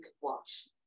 watch